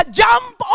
jump